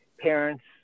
parents